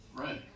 Right